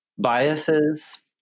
biases